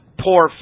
poor